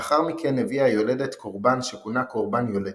לאחר מכן הביאה היולדת קורבן שכונה "קורבן יולדת",